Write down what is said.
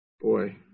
boy